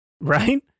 right